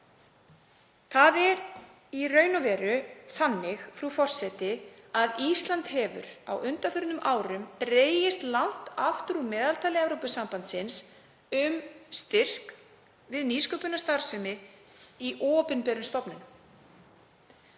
Það er í raun og veru þannig, frú forseti, að Ísland hefur á undanförnum árum dregist langt aftur úr meðaltali Evrópusambandsins yfir styrki við nýsköpunarstarfsemi í opinberum stofnunum.